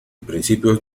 principios